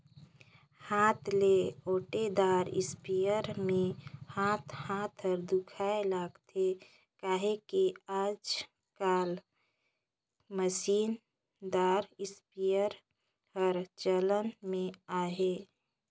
हाथ ले ओटे दार इस्पेयर मे हाथ हाथ हर दुखाए लगथे कहिके आएज काएल मसीन दार इस्पेयर हर चलन मे अहे